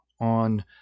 on